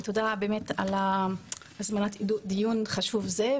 ותודה באמת על הזמנת דיון חשוב זה,